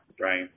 right